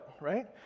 right